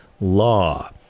law